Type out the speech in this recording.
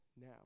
now